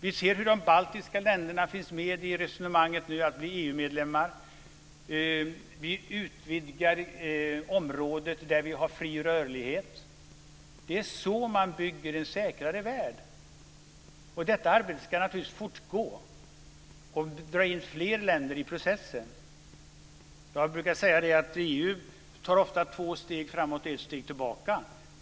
Vi ser hur de baltiska länderna nu finns med i resonemanget för att bli EU-medlemmar. Vi utvidgar området där vi har fri rörlighet. Det är så man bygger en säkrare värld. Detta arbete ska naturligtvis fortgå, och vi ska dra in fler länder i processen. Jag brukar säga att EU ofta tar två steg framåt och ett steg tillbaka.